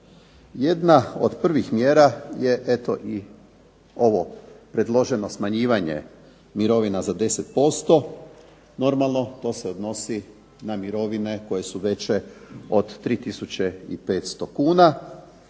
Jedna od prvih mjera je eto i ovo predloženo smanjivanje mirovina za 10%. Normalno to se odnosi na mirovine koje su veće od 3,500 kn,